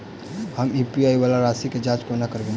हम यु.पी.आई वला राशि केँ जाँच कोना करबै?